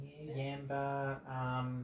yamba